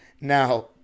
Now